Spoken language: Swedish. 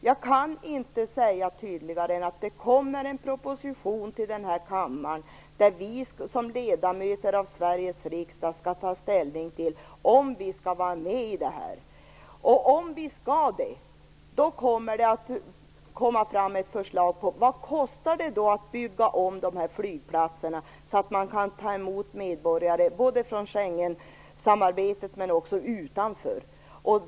Jag kan inte uttrycka mig tydligare än att det kommer en proposition till kammaren om att vi som ledamöter av Sveriges riksdag skall ta ställning till om vi skall vara med i det här arbetet. Om vi skall det, skall det läggas fram ett förslag med beräkning av kostnaderna för ombyggnad av de berörda flygplatserna, så att man kan ta emot medborgare både från Schengenländerna och från andra länder.